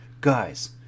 guys